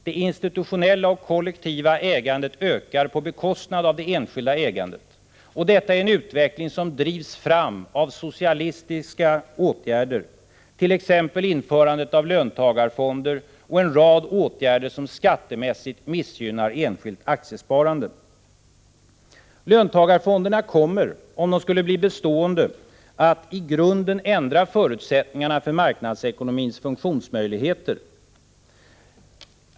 Det institutionella och kollektiva ägandet ökar på bekostnad av det enskilda ägandet, och detta är en utveckling som drivs fram av socialistiska åtgärder, t.ex. införandet av löntagarfonder och en rad åtgärder som skattemässigt missgynnar enskilt aktiesparande. Löntagarfonderna kommer, om de skulle bli bestående, att i grunden ändra förutsättningarna för marknadsekonomins funktionsmöjligheter.